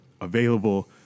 available